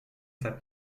seit